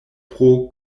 pro